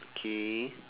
okay